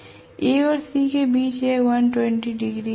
A और C के बीच यह 120 है